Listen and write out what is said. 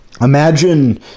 Imagine